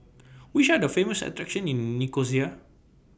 Which Are The Famous attractions in Nicosia